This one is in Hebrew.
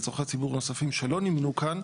לצורכי ציבור נוספים שלא נימנו כאן,